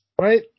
Right